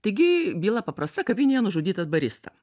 taigi byla paprasta kavinėje nužudyta barista